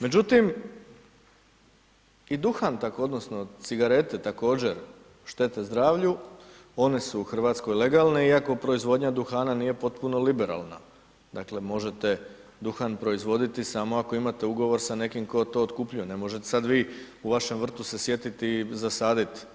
Međutim, i duhan tako odnosno cigarete također štete zdravlju, one su u RH legalne iako proizvodnja duhana nije potpuno liberalna, dakle, možete duhan proizvoditi samo ako imate ugovor sa nekim tko to otkupljuje, ne možete sad vi u vašem vrtu se sjetiti i zasadit